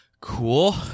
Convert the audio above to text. Cool